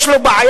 יש לו בעיה.